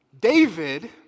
David